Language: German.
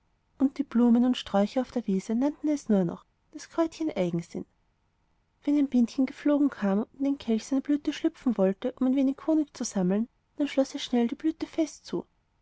und die blumen und sträucher auf der wiese nannten es nur noch das kräutchen eigensinn wenn ein bienchen geflogen kam und in den kelch seiner blüten schlüpfen wollte um sich honig zu sammeln dann schloß es schnell die blüte fest zu